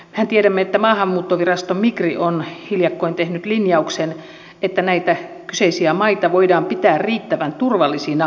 mehän tiedämme että maahanmuuttovirasto migri on hiljakkoin tehnyt linjauksen että näitä kyseisiä maita voidaan pitää riittävän turvallisina palautuksiin